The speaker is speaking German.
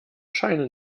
scheine